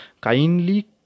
Kindly